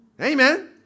Amen